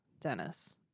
Dennis